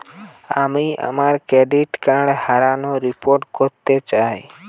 আমি আমার debit card হারানোর রিপোর্ট করতে চাই